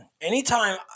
anytime